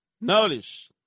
Notice